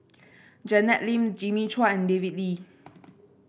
Janet Lim Jimmy Chua and David Lee